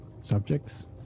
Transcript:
Subjects